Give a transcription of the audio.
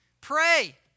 Pray